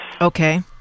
Okay